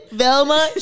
velma